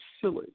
silly